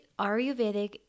Ayurvedic